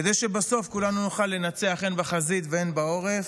כדי שבסוף כולנו נוכל לנצח הן בחזית והן בעורף.